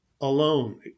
alone